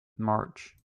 march